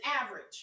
average